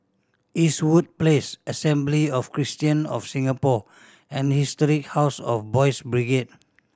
Eastwood Place Assembly of Christian of Singapore and Historic House of Boys' Brigade